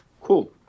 cool